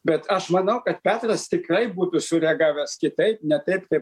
bet aš manau kad petras tikrai būtų sureagavęs kitaip ne taip kaip